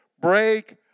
Break